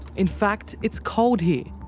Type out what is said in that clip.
in fact, it's cold here,